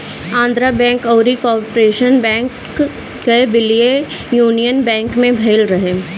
Andhra Bank अउरी Corporation Bank कअ विलय यूनियन बैंक में भयल रहे